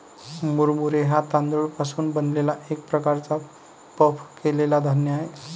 मुरमुरे हा तांदूळ पासून बनलेला एक प्रकारचा पफ केलेला धान्य आहे